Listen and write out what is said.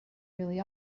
really